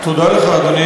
אדוני.